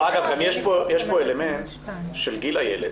יש פה גם אלמנט של גיל הילד.